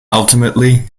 ultimately